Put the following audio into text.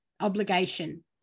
obligation